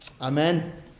Amen